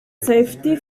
safety